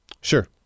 Sure